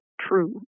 true